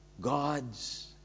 God's